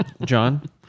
John